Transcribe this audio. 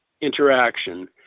interaction